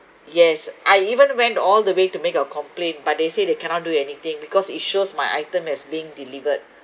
yes I even went all the way to make a complaint but they say they cannot do anything because it shows my item is being delivered